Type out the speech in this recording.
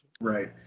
Right